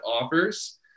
offers